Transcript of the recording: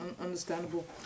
understandable